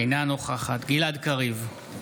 אינה נוכחת גלעד קריב,